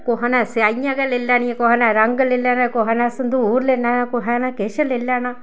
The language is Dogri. कुसै ने सिहाइयां गै लेई लैनियां कुसै ने रंग लेई लैने कुसै ने संदूर लेई लैना कुसै ने किश लेई लैना